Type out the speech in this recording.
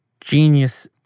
genius